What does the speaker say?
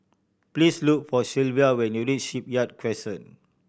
please look for Shelvia when you reach Shipyard Crescent